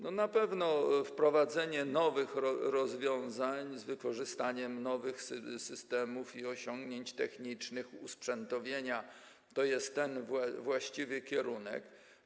Na pewno wprowadzenie nowych rozwiązań z wykorzystaniem nowych systemów i osiągnięć technicznych, usprzętowienia to jest ten właściwy kierunek.